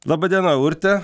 laba diena urte